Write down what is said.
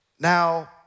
Now